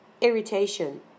irritation